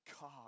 God